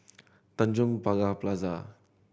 Tanjong Pagar Plaza